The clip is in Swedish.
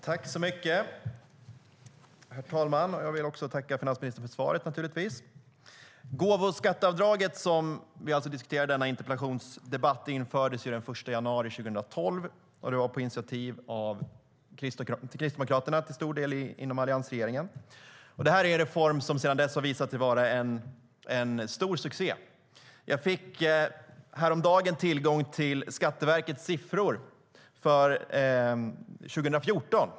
Herr talman! Jag vill tacka finansministern för svaret, naturligtvis. Gåvoskatteavdraget infördes den 1 januari 2012 på initiativ av främst Kristdemokraterna inom alliansregeringen. Det är en reform som har visat sig vara en stor succé. Jag fick häromdagen tillgång till Skatteverkets siffror för 2014.